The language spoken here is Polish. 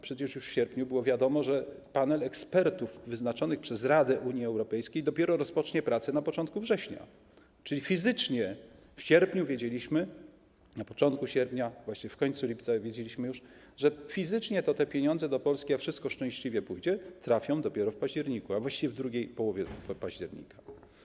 Przecież już w sierpniu było wiadomo, że panel ekspertów wyznaczonych przez Radę Unii Europejskiej dopiero rozpocznie pracę na początku września, czyli w sierpniu wiedzieliśmy, na początku sierpnia, właśnie w końcu lipca wiedzieliśmy już, że fizycznie te pieniądze do Polski, jak wszystko szczęśliwie pójdzie, trafią dopiero w październiku, a właściwie w drugiej połowie października.